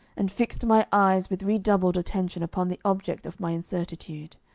and fixed my eyes with redoubled attention upon the object of my incertitude.